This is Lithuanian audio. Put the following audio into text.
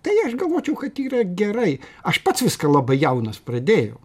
tai aš galvočiau kad yra gerai aš pats viską labai jaunas pradėjau